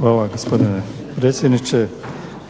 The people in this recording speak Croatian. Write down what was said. Hvala gospodine predsjedniče.